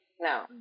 no